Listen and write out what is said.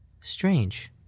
Strange